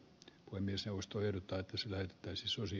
puhemiesneuvosto yrittää sillä että se suosii